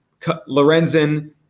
Lorenzen